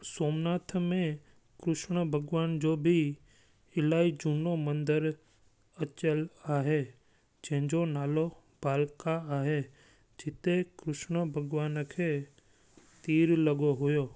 सोमनाथ में कृष्ण भॻिवान जो बि इलाही झूनो मंदरु अचल आहे जंहिंजो नालो पालका आहे जिते कृष्ण भॻवान खे तीरु लॻो हुओ